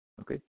okay